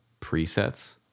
presets